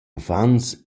uffants